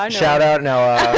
ah shout out noah.